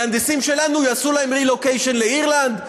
המהנדסים שלנו יעשו להם relocation לאירלנד.